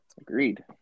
Agreed